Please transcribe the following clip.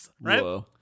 right